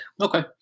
okay